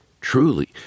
Truly